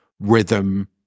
rhythm